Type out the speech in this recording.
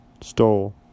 stole